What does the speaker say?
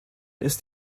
ist